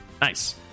nice